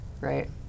Right